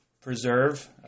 Preserve